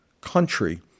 country